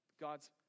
God's